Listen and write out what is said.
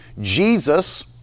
Jesus